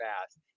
fast